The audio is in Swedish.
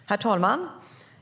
Herr talman!